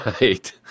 right